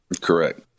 Correct